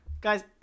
guys